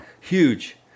Huge